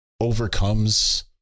overcomes